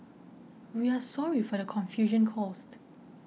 we are sorry for the confusion caused